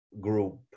group